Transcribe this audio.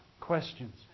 questions